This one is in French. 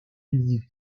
visite